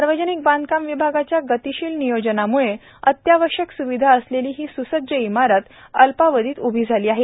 सार्वजनिक बांधकाम विभागाच्या गतिशील नियोजनामुळे अत्यावश्यक सुविधा असलेली ही सुसज्ज इमारत अल्पावधीत उभी झाली आहे